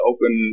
Open